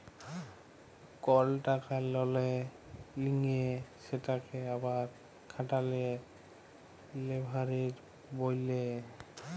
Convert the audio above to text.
call টাকা ললে লিঁয়ে সেটকে আবার খাটালে লেভারেজ ব্যলে